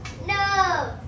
No